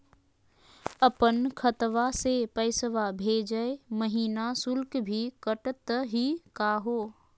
अपन खतवा से पैसवा भेजै महिना शुल्क भी कटतही का हो?